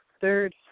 third